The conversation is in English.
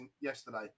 yesterday